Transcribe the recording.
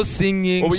singing